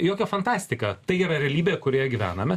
jokia fantastika tai yra realybė kurioje gyvename